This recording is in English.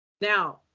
Now